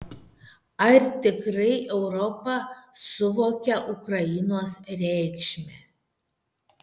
ar tikrai europa suvokia ukrainos reikšmę